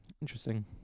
interesting